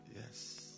yes